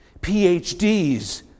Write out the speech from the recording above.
PhDs